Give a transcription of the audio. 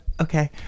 Okay